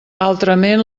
altrament